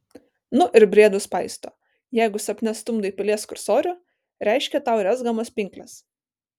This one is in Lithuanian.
nu ir briedus paisto jeigu sapne stumdai pelės kursorių reiškia tau rezgamos pinklės